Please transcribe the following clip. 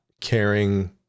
caring